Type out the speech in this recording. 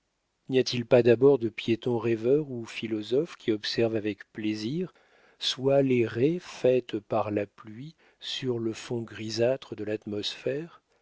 n'y a-t-il pas d'abord le piéton rêveur ou philosophe qui observe avec plaisir soit les raies faites par la pluie sur le fond grisâtre de l'atmosphère